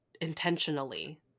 intentionally